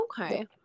Okay